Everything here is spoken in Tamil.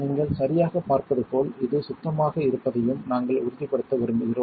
நீங்கள் சரியாகப் பார்ப்பது போல் இது சுத்தமாக இருப்பதையும் நாங்கள் உறுதிப்படுத்த விரும்புகிறோம்